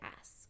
ask